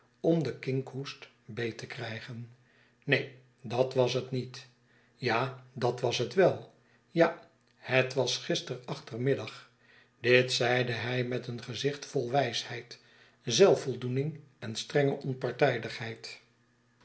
om den kinkhoest beet te krijgen neen dat was het niet ja dat was het wel ja het was gister achtermiddag dit zeide hij met een gezicht vol wijsheid zelfvoldoening en strenge onpartijdigheid